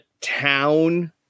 town